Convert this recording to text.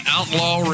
Outlaw